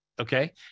Okay